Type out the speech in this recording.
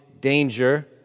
danger